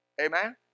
Amen